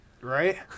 right